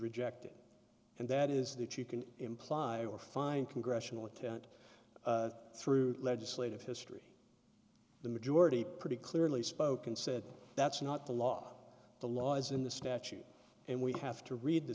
rejected and that is that you can imply or find congressional intent through legislative history the majority pretty clearly spoke and said that's not the law the law is in the statute and we have to read the